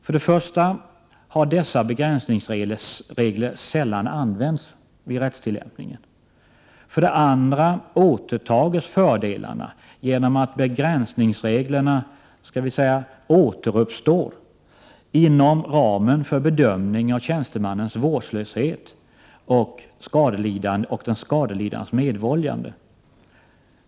För det första har dessa begränsningsregler sällan använts vid rättstillämpningen. För det andra återtas fördelarna genom att begränsningsreglerna ”återuppstår” inom ramen för bedömning av tjänstemannens vårdslöshet och den skadelidandes medvållande.